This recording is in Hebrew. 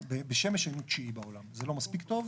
בשמש היינו מספר תשע בעולם וזה ממש לא מספיק טוב.